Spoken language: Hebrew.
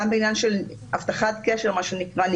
גם בעניין של הבטחת קשר והניכור,